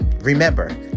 remember